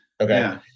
Okay